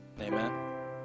amen